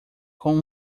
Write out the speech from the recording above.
com